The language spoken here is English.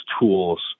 tools